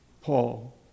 Paul